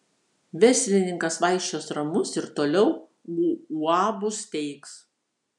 verslininkas vaikščios ramus ir toliau uabus steigs